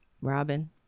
Robin